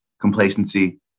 complacency